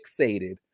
fixated